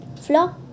Flock